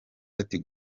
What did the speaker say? ati